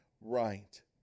right